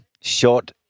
short